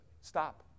Stop